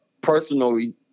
personally